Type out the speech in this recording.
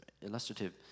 illustrative